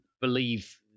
believe